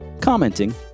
commenting